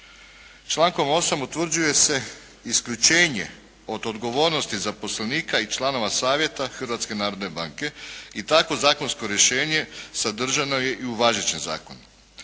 Člankom 8. utvrđuje se isključenje od odgovornosti zaposlenika i članova savjeta Hrvatske narodne banke i takvo zakonsko rješenje sadržano je i u važećem zakonu.